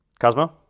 Cosmo